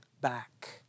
back